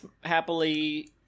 happily